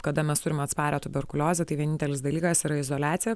kada mes turim atsparią tuberkuliozę tai vienintelis dalykas yra izoliacija